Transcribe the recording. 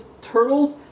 Turtles